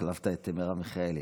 החלפת את מרב מיכאלי.